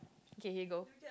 okay okay go